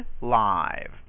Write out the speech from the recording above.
live